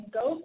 go